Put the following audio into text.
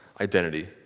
Identity